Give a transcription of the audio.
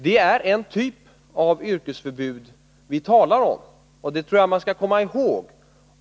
Det är alltså en typ av yrkesförbud som vi talar om — det tror jag att vi skall komma ihåg.